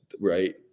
right